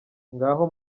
ngaho